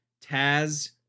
Taz